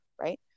right